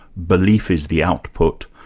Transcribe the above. belief is the output,